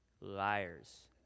Liars